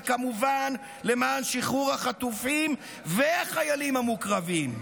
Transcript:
וכמובן למען שחרור החטופים והחיילים המוקרבים,